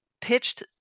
pitched